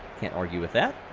can't argue with that.